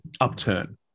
upturn